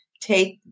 Take